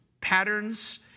patterns